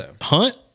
Hunt